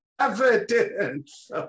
evidence